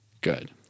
Good